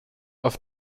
auf